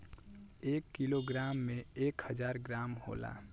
एक kilogram में एक हजार ग्राम होला